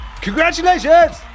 Congratulations